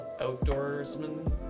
outdoorsman